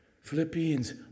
Philippians